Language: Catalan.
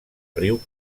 riu